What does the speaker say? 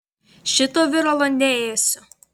šito viralo neėsiu